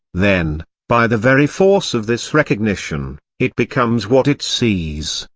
then, by the very force of this recognition, it becomes what it sees,